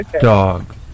Dog